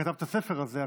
שכתב את הספר הזה,